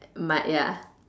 but ya